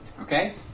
Okay